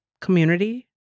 community